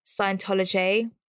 Scientology